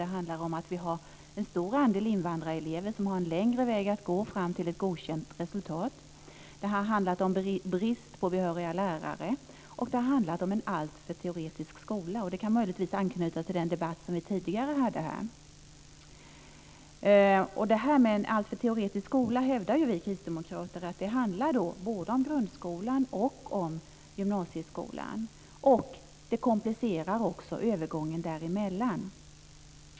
Det handlar om att vi har en stor andel invandrarelever, som har en längre väg att gå fram till ett godkänt resultat. Det handlar om brist på behöriga lärare. Det handlar om en alltför teoretisk skola. Det kan möjligtvis anknyta till den debatt som vi tidigare hade här. Vi kristdemokrater hävdar att frågan om en alltför teoretisk skola handlar både om grundskolan och om gymnasieskolan. Det komplicerar också övergången däremellan.